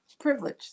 privilege